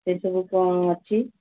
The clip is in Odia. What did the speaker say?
ସେଇଠି ସବୁ କ'ଣ ଅଛି